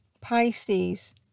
Pisces